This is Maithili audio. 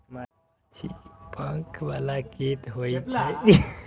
माछी पंख बला कीट होइ छै, जेकर परागण मे महत्वपूर्ण भूमिका होइ छै